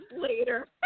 later